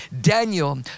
Daniel